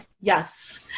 yes